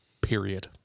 period